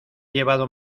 llevado